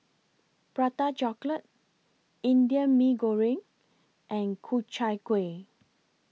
Prata Chocolate Indian Mee Goreng and Ku Chai Kuih